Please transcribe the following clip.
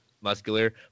muscular